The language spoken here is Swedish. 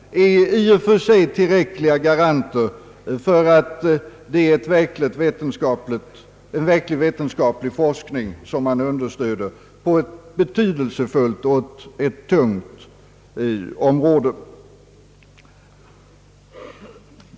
Dessa är i och för sig tillräckliga garanter för att det är en verkligt vetenskaplig forskning som man understödjer på ett betydelsefullt och tungt vägande område.